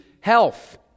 health